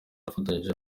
afatanyije